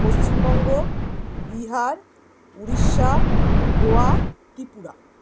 Paschimbanga Bihar Orissa Goa Tripura